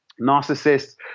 Narcissists